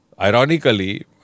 ironically